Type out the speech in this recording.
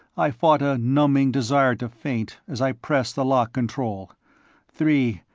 i fought a numbing desire to faint as i pressed the lock control three,